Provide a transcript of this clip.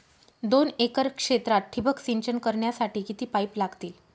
दोन एकर क्षेत्रात ठिबक सिंचन करण्यासाठी किती पाईप लागतील?